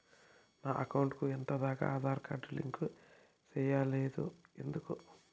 నా అకౌంట్ కు ఎంత దాకా ఆధార్ కార్డు లింకు సేయలేదు ఎందుకు